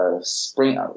spring